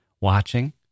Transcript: watching